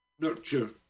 Nurture